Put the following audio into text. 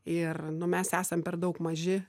ir mes esam per daug maži